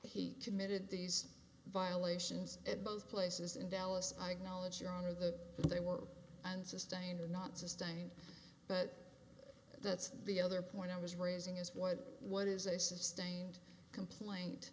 he committed these violations at both places in dallas i'd knowledge your honor that they were and sustain and not sustain but that's the other point i was raising as what what is a sustained complaint